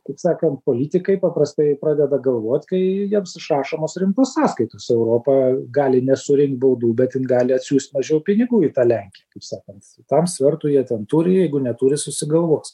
kaip sakant politikai paprastai pradeda galvot kai jiems išrašomos rimtos sąskaitos europa gali nesurinkt baudų bet jin gali atsiųst mažiau pinigų į tą lenkiją kaip sakant tam svertų jie ten turi jeigu neturi susigalvos